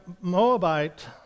Moabite